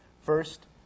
First